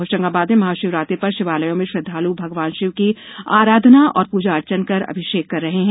होशंगाबाद में महाशिवरात्रि पर शिवालयों में श्रद्धाल् भगवान शिव की आराधना और पूजन अर्चन कर अभिषेक कर रहे हैं